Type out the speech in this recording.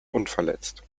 unverletzt